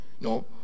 no